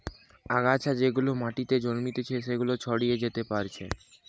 আগাছা যেগুলা মাটিতে জন্মাতিচে সেগুলা ছড়িয়ে যেতে পারছে